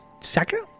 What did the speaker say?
second